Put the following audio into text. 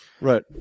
Right